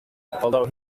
although